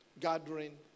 gathering